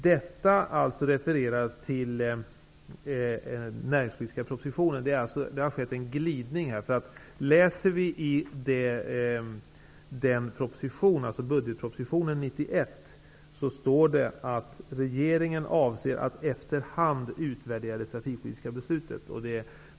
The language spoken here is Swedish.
Detta refererar till den näringspolitiska propositionen. Här har skett en glidning. I budgetpropositionen 1991 står att regeringen avser att efter hand utvärdera det trafikpolitiska beslutet.